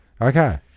Okay